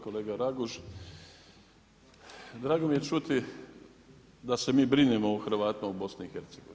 Kolega Raguž, drago mi je čuti da se mi brinemo o Hrvatima u BiH.